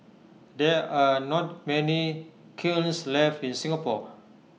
there are not many kilns left in Singapore